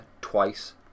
twice